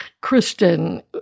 Kristen